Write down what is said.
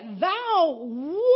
thou